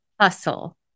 hustle